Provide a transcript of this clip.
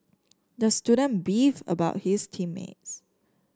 the student beefed about his team mates